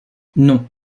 non